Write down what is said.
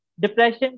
Depression